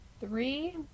three